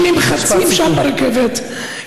אנשים נמחצים שם ברכבת.